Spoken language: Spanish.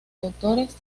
doctores